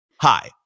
Hi